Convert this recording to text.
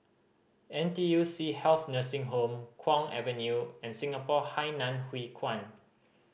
N T U C Health Nursing Home Kwong Avenue and Singapore Hainan Hwee Kuan